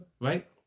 Right